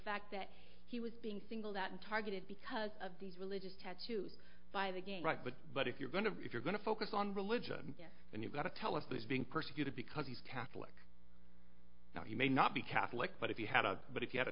fact that he was being singled out and targeted because of these religious tattoos five again right but but if you're going to if you're going to focus on religion and you've got to tell us this being persecuted because he's catholic now he may not be catholic but if you had a but if you had a